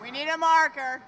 we need a marker